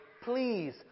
please